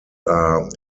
are